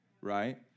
right